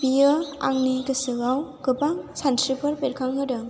बियो आंनि गोसोआव गोबां सानस्रिफोर बेरखांहोदों